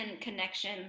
connection